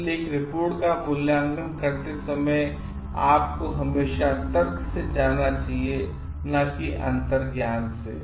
इसलिए एक रिपोर्ट का मूल्यांकन करते समय आपको हमेशा तर्क से जाना चाहिए न कि अंतर्ज्ञान से